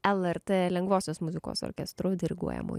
lrt lengvosios muzikos orkestru diriguojamu